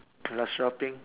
the last shopping